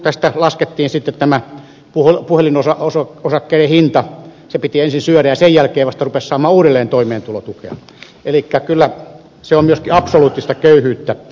tästä laskettiin sitten tämä puhelu puhelin on se puhelinosakkeiden hinta se piti ensin syödä ja sen jälkeen rupesi saamaan uudelleen toimeentulotukea elikkä kyllä se on myöskin absoluuttista köyhyyttä